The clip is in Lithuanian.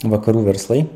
vakarų verslai